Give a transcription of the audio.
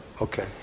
Okay